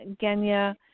Genya